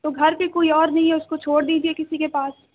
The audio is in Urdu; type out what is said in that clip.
تو گھر پہ کوئی اور نہیں ہے اُس کو چھوڑ دیجیے کسی کے پاس